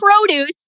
produce